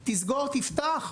תסגור, תפתח,